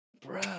Bro